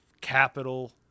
capital